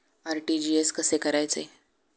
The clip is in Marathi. आर.टी.जी.एस कसे करायचे?